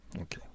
Okay